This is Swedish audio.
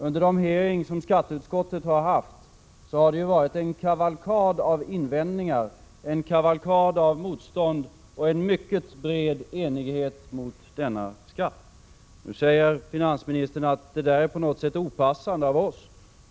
Under de hearings som skatteutskottet haft har det varit en kavalkad av invändningar och en kavalkad av motstånd och en mycket bred enighet mot denna skatt. Nu säger finansministern att det där är på något sätt opassande av oss.